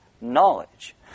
knowledge